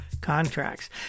contracts